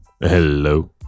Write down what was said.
Hello